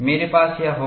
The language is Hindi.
मेरे पास यह होगा